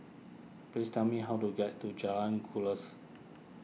please tell me how to get to Jalan Kuras